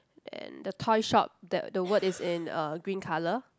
and the toy shop the the word is in uh green colour